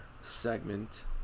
segment